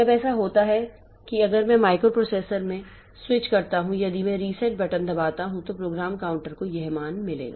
जब ऐसा होता है कि अगर मैं माइक्रोप्रोसेसर मैं स्विच करता हूं या यदि मैं रीसेट बटन दबाता हूं तो प्रोग्राम काउंटर को यह मान मिलेगा